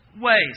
ways